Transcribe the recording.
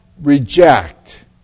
reject